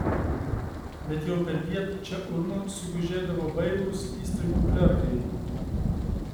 bet jau perpiet čia urmu sugužėdavo bailūs įstaigų klerkai